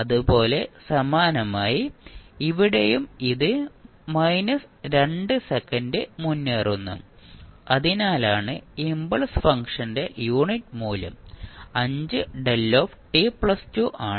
അതുപോലെ സമാനമായി ഇവിടെയും ഇത് 2 സെക്കൻഡ് മുന്നേറുന്നു അതിനാലാണ് ഇംപൾസ് ഫംഗ്ഷന്റെ യൂണിറ്റ് മൂല്യം 5t2 ആണ്